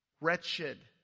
Wretched